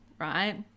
right